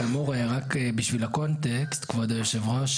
כאמור רק בשביל הקונטקסט כבוד היו"ר,